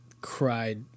cried